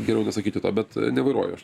geriau nesakyti to bet nevairuoju aš